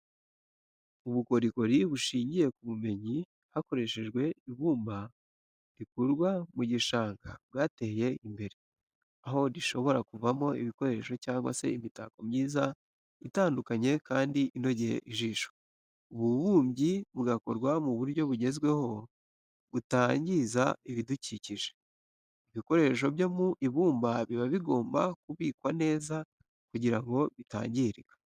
Ubukorikori bushingiye ku bubumbyi hakoreshejwe ibumba rikurwa mu gishanga bwateye imbere, aho rishobora kuvamo ibikoresho cyangwa se imitako myiza itandukanye kandi inogeye ijisho. Ubu bubumbyi bugakorwa mu buryo bugezweho butangiza ibidukikije. Ibikoresho byo mu ibumba biba bigomba kubikwa neza kugira ngo bitangirika.